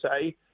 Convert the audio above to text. say